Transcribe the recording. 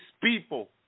people